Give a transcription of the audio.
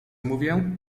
mówię